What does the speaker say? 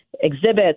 Exhibits